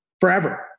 forever